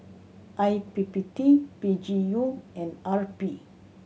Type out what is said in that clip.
I P P T P G U and R P